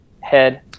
Head